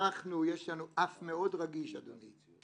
יש לנו אף מאוד רגיש, אדוני.